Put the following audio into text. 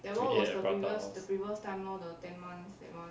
we ate at prata house